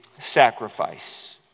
sacrifice